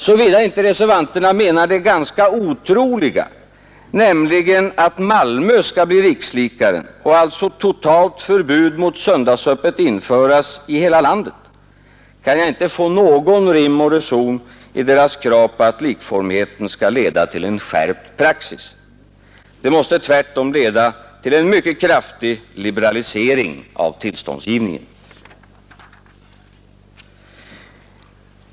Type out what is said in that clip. Såvida inte reservanterna menar det ganska otroliga, nämligen att Malmö skall bli rikslikaren och att alltså ett totalt förbud mot söndagsöppet skall införas i hela landet, kan jag inte finna vare sig rim eller reson i deras krav på att likformigheten skall leda till en skärpt praxis; den måste tvärtom leda till en mycket kraftig liberalisering av tillståndsgivningen.